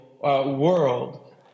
World